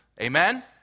Amen